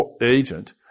agent